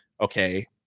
okay